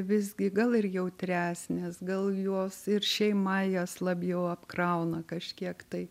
visgi gal ir jautresnės gal jos ir šeima jas labiau apkrauna kažkiek tai